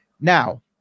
now